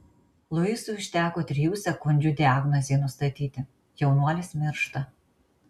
luisui užteko trijų sekundžių diagnozei nustatyti jaunuolis miršta